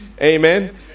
Amen